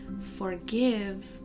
forgive